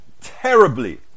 terribly